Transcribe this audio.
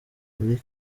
muri